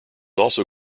also